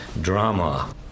drama